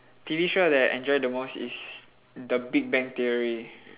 T_V show that I enjoy the most is the big bang theory